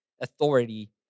authority